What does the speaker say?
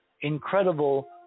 incredible